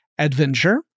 Adventure